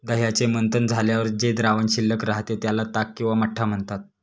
दह्याचे मंथन झाल्यावर जे द्रावण शिल्लक राहते, त्याला ताक किंवा मठ्ठा म्हणतात